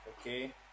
Okay